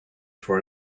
for